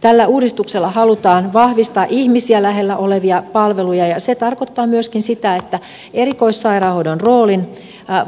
tällä uudistuksella halutaan vahvistaa ihmisiä lähellä olevia palveluja ja se tarkoittaa myöskin sitä että erikoissairaanhoidon roolin